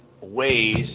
ways